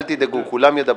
אל תדאגו, כולם ידברו.